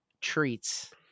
treats